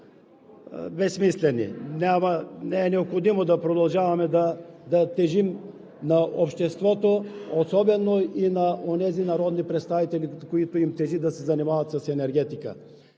безсмислени. Не е необходимо да продължаваме да тежим на обществото, особено и на онези народни представители, на които им тежи да се занимават с енергетика.